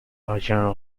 original